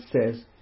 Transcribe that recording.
says